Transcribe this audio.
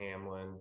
Hamlin